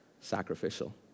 sacrificial